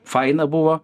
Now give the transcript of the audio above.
faina buvo